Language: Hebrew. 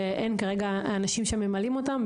שאין כרגע אנשים שממלאים אותם.